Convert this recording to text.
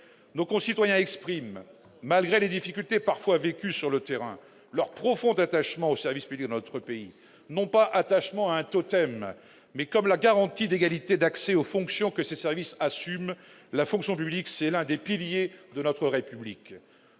nos concitoyens expriment malgré les difficultés parfois vécue sur le terrain leur profonde attachement au service public, notre pays non pas attachement à un totem, mais comme la garantie d'égalité d'accès aux fonctions que ses services assume la fonction publique, c'est l'un des piliers de notre République